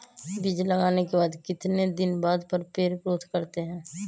बीज लगाने के बाद कितने दिन बाद पर पेड़ ग्रोथ करते हैं?